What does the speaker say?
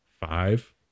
five